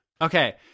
okay